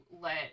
let